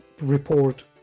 report